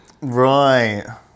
Right